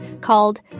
called